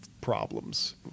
problems